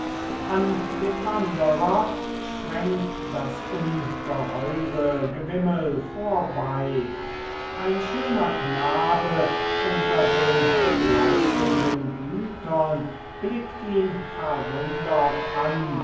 an dem wanderer sprengt das ungeheure gewimmel vorbei ein schöner knabe unter den begleitenden hütern blickt ihn verwundert an